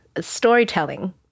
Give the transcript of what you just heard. storytelling